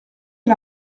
est